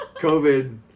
COVID